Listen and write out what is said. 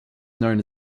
known